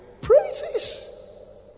Praises